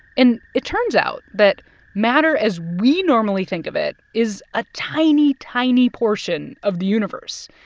and it turns out that matter as we normally think of it is a tiny, tiny portion of the universe,